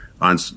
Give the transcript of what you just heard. on